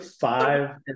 five